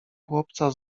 chłopca